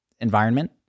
environment